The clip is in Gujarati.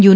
યુ